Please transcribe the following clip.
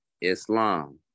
Islam